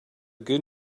good